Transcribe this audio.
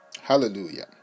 Hallelujah